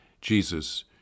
Jesus